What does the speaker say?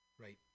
right